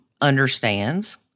understands